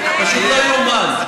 פשוט לא יאומן.